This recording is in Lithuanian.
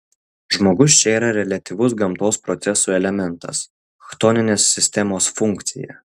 žmogus čia yra reliatyvus gamtos procesų elementas chtoninės sistemos funkcija